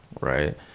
right